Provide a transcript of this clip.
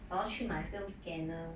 我要去买 film scanner